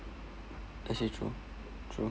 actually true true